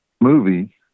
movie